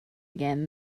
again